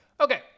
Okay